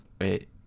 wait